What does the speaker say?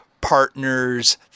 partners